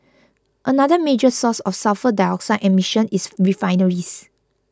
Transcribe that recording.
another major source of sulphur dioxide emissions is refineries